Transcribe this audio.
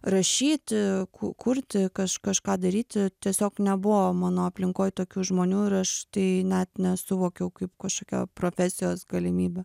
rašyti ku kurti kaž kažką daryti tiesiog nebuvo mano aplinkoj tokių žmonių ir aš tai net nesuvokiau kaip kašokio profesijos galimybių